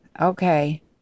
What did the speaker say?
okay